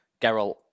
Geralt